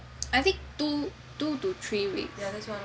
I think two to three weeks